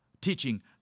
teaching